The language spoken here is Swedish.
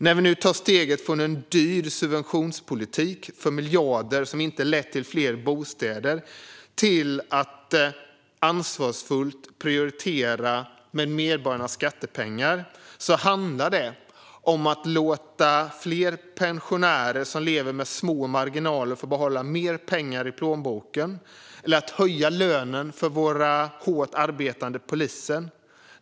När vi nu tar steget från en dyr subventionspolitik för miljarder, som inte har lett till fler bostäder, till ett ansvarsfullt prioriterande av medborgarnas skattepengar handlar det om att låta fler pensionärer som lever med små marginaler få behålla mer pengar i plånboken eller att höja lönen för våra hårt arbetande poliser.